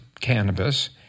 cannabis